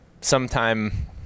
sometime